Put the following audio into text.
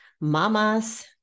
mamas